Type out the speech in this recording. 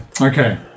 Okay